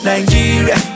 Nigeria